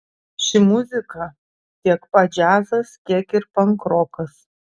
ši muzika tiek pat džiazas kiek ir pankrokas